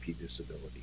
disability